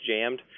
jammed